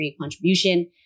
contribution